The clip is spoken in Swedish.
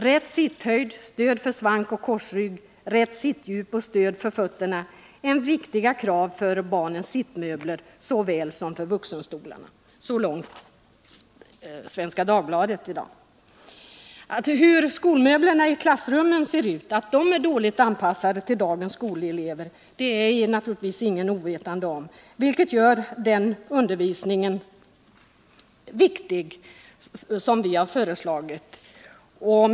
Rätt sitshöjd, stöd för svank och korsrygg, rätt sittdjup och stöd för fötterna, är viktiga krav för barnens sittmöbler såväl som för vuxenstolarna.” Att möblerna i klassrummen är dåligt anpassade till dagens skolelever är naturligtvis ingen ovetande om. Den undervisning som vi här föreslagit är alltså viktig.